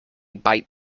bite